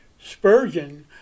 Spurgeon